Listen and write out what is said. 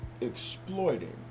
exploiting